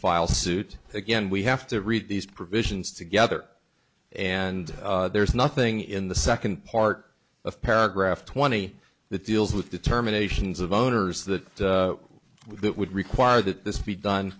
file suit again we have to read these provisions together and there is nothing in the second part of paragraph twenty that deals with determinations of owners that would require that this be done